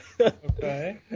Okay